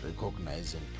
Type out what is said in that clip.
recognizing